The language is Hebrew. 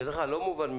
תודה רבה.